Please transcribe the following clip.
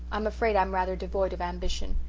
i'm afraid i'm rather devoid of ambition.